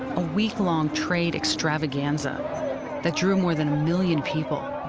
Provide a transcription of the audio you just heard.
a week-long trade extravaganza that drew more than a million people.